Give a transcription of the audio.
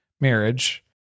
marriage